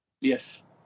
Yes